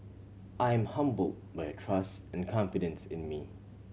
I am humble by your trust and confidence in me